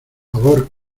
favor